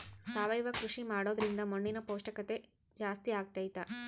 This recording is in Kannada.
ಸಾವಯವ ಕೃಷಿ ಮಾಡೋದ್ರಿಂದ ಮಣ್ಣಿನ ಪೌಷ್ಠಿಕತೆ ಜಾಸ್ತಿ ಆಗ್ತೈತಾ?